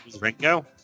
Ringo